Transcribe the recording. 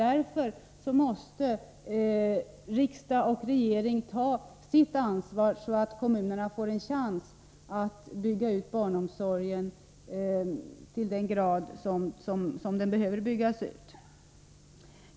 Därför måste riksdag och regering ta sitt ansvar, så att kommunerna får en chans att bygga ut barnomsorgen i den omfattning som behövs.